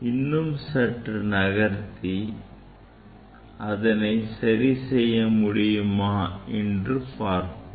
இன்னும் சற்று நகர்த்தி அதனை சரிசெய்ய முடியுமா என்று பார்ப்போம்